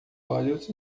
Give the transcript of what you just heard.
olhos